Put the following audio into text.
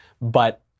but-